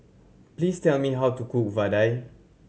please tell me how to cook Vadai